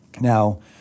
Now